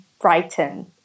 Brighton